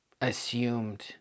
assumed